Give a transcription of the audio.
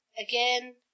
again